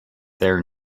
there